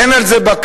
אין על זה בקרה,